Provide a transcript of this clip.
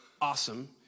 awesome